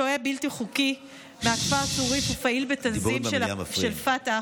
שוהה בלתי חוקי מהכפר צוריף ופעיל בתנזים של פתח,